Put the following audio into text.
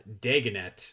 Dagonet